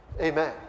Amen